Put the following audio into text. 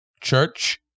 church